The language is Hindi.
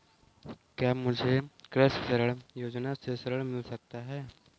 क्या मुझे कृषि ऋण योजना से ऋण मिल सकता है?